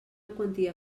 quantia